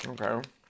Okay